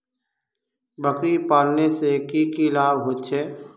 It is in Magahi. बकरी पालने से की की लाभ होचे?